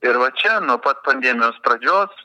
ir va čia nuo pat pandemijos pradžios